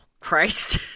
Christ